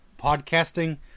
podcasting